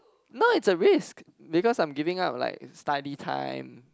no it's a risk because I'm giving up like study time